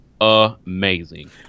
amazing